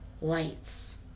Lights